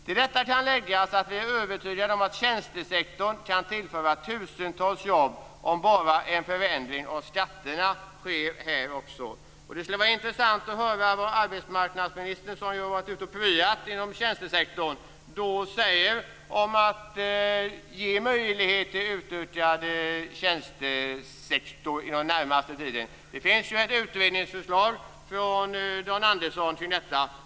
Till detta kan läggas att vi är övertygade om att tjänstesektorn kan tillföra tusentals jobb om det bara sker en förändring av skatterna. Det skulle vara intressant att höra vad arbetsmarknadsministern, som ju har varit ute och pryat inom tjänstesektorn, säger om att ge möjlighet till en utökad tjänstesektor inom den närmaste tiden. Det finns ju ett utredningsförslag från Dan Andersson kring detta.